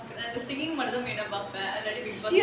and the singing மட்டும்தான் பார்ப்பேன்:mattumthaan paarpaen